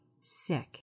sick